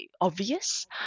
obvious